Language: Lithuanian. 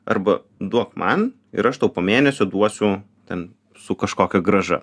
arba duok man ir aš tau po mėnesio duosiu ten su kažkokia grąža